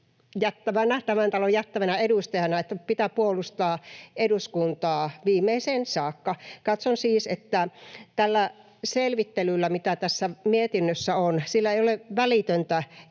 jättävänä edustajana, että pitää puolustaa eduskuntaa viimeiseen saakka. Katson siis, että tällä selvittelyllä, mitä tässä mietinnössä on, ei ole välitöntä kiirettä.